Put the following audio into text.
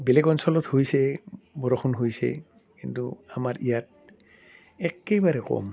বেলেগ অঞ্চলত হৈছে বৰষুণ হৈছে কিন্তু আমাৰ ইয়াত একেবাৰে কম